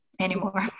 anymore